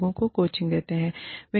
लोगों को कोचिंग देते हुए